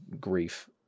grief